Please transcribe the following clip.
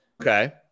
Okay